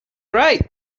right